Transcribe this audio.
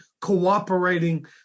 cooperating